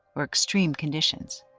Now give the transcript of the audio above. or extreme conditions.